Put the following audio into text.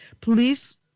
Police